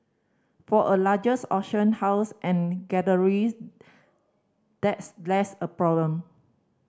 for a largest auction house and galleries that's less of a problem